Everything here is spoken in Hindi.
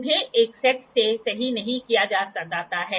रिफ्लेक्शन का उपयोग किया जाता है